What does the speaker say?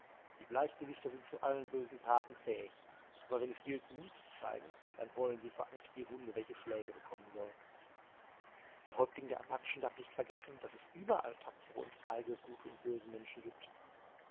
die bleichgesichter sind zu allen bösen taten fähig aber wenn es gilt mut zu zeigen dann heulen sie vor angst wie hunde welche schläge bekommen sollen der häuptling der apachen darf nicht vergessen daß es überall tapfere und feige gute und böse menschen gibt